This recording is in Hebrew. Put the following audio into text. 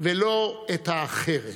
ולא את האחרת.